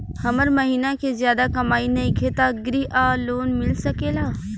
हमर महीना के ज्यादा कमाई नईखे त ग्रिहऽ लोन मिल सकेला?